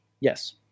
Yes